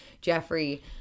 Jeffrey